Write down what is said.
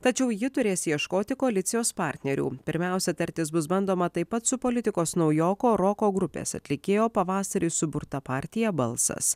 tačiau ji turės ieškoti koalicijos partnerių pirmiausia tartis bus bandoma taip pat su politikos naujoko roko grupės atlikėjo pavasarį suburta partija balsas